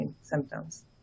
symptoms